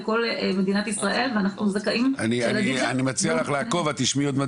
וכל במדינת ישראל --- אני מציע לך לעקוב את תשמעי עוד מעט